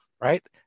right